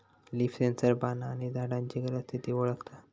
leaf sensor पाना आणि झाडांची गरज, स्थिती वळखता